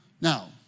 Now